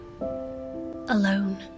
alone